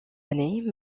années